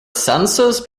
census